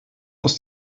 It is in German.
aus